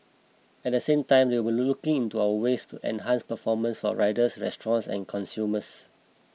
at the same time they will looking into our ways to enhance performance for riders restaurants and consumers